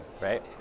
right